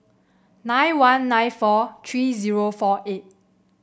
nine one nine four three zero four eight